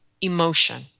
emotion